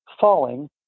falling